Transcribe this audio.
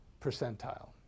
percentile